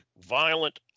violent